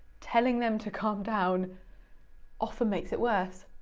telling them to calm down often makes it worse.